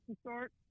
start